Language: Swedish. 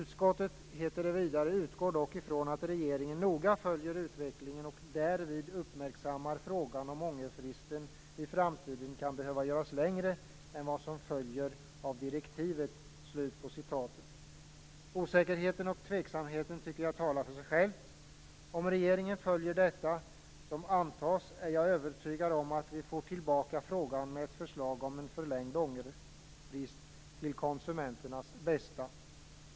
Vidare heter det: "Utskottet utgår dock ifrån att regeringen noga följer utvecklingen och därvid uppmärksammar frågan om ångerfristen i framtiden kan behöva göras längre än vad som följer av direktivet." Osäkerheten och tveksamheten tycker jag talar för sig själva. Om regeringen följer detta, som antas, är jag övertygad om att vi får tillbaka frågan med ett förslag om en förlängd ångerfrist, till konsumenternas bästa.